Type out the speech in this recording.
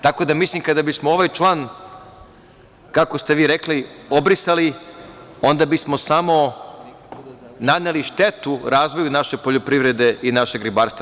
Tako da, mislim kada bismo ovaj član, kako ste vi rekli, obrisali, onda bismo samo naneli štetu razvoju naše poljoprivrede i našeg ribarstva.